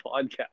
podcast